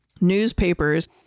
newspapers